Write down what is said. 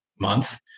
month